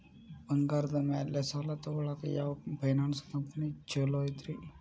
ಬಂಗಾರದ ಮ್ಯಾಲೆ ಸಾಲ ತಗೊಳಾಕ ಯಾವ್ ಫೈನಾನ್ಸ್ ಕಂಪನಿ ಛೊಲೊ ಐತ್ರಿ?